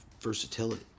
versatility